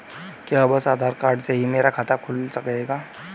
क्या बस आधार कार्ड से ही मेरा खाता खुल जाएगा?